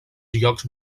llocs